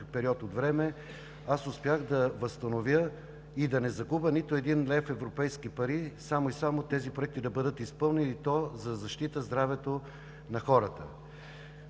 период от време аз успях да възстановя и да не загубя нито един лев европейски пари, само и само тези проекти да бъдат изпълнени, и то за защита здравето на хората.